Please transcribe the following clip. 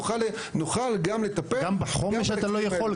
נוכל גם לטפל --- גם בחומש אתה לא יכול,